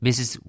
Mrs